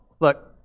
look